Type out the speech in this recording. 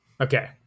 Okay